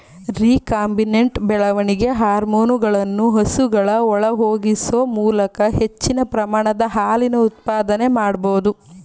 recombinant ಬೆಳವಣಿಗೆ ಹಾರ್ಮೋನುಗಳನ್ನು ಹಸುಗಳ ಒಳಹೊಗಿಸುವ ಮೂಲಕ ಹೆಚ್ಚಿನ ಪ್ರಮಾಣದ ಹಾಲಿನ ಉತ್ಪಾದನೆ ಮಾಡ್ಬೋದು